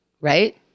right